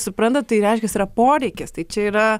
suprantat tai reiškias yra poreikis tai čia yra